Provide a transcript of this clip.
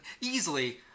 easily